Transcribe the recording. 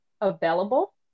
available